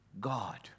God